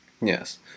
Yes